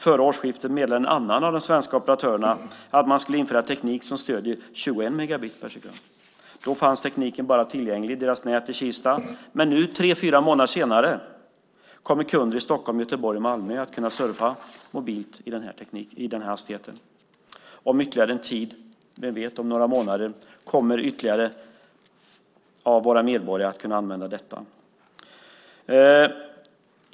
Före årsskiftet meddelade en annan av de svenska operatörerna att man skulle införa teknik som stöder 21 megabit per sekund. Då fanns tekniken bara tillgänglig i deras nät i Kista. Men nu, tre fyra månader senare, kommer kunder i Stockholm, Göteborg och Malmö att kunna surfa mobilt i den hastigheten. Om ytterligare en tid - vem vet, om några månader - kommer ännu fler av våra medborgare att kunna använda detta.